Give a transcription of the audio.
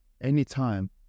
anytime